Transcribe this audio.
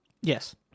Yes